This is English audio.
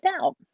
out